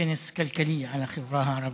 כנס כלכלי על החברה הערבית.